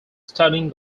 studying